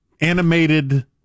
animated